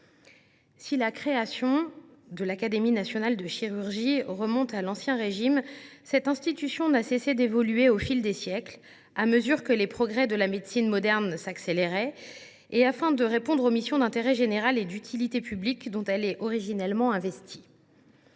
Si la création de l’Académie nationale de chirurgie remonte à l’Ancien Régime, cette institution n’a cessé d’évoluer au fil des siècles, à mesure que les progrès de la médecine moderne s’accéléraient et afin de répondre aux missions d’intérêt général et d’utilité publique dont elle est originellement investie.